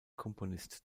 komponist